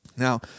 Now